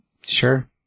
Sure